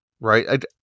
right